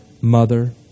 mother